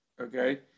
okay